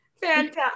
fantastic